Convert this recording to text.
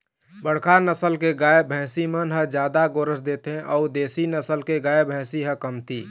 बड़का नसल के गाय, भइसी मन ह जादा गोरस देथे अउ देसी नसल के गाय, भइसी ह कमती